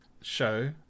show